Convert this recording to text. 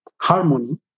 harmony